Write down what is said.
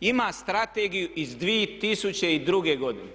ima strategiju iz 2002. godine.